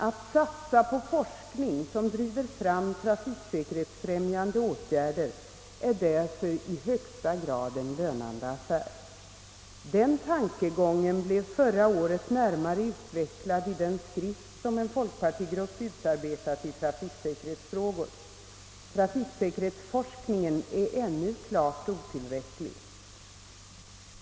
Att satsa på forskning som driver fram trafiksäkerhetsfrämjande åtgärder är därför i högsta grad en lönande affär. Den tankegången blev förra året närmare utvecklad i den skrift som en folkpartigrupp utarbetat i trafiksäkerhetsfrågor. Trafiksäkerhetsforskningen är ännu klart otillräcklig.